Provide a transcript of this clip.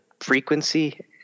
frequency